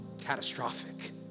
catastrophic